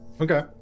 Okay